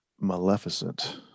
Maleficent